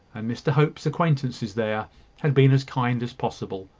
and mr hope's acquaintances there had been as kind as possible.